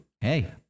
hey